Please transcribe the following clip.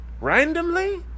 Randomly